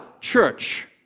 church